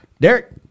Derek